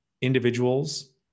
individuals